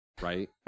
right